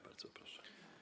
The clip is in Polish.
Bardzo proszę.